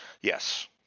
Yes